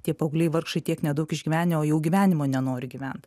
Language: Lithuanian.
tie paaugliai vargšai tiek nedaug išgyvenę o jau gyvenimo nenori gyvent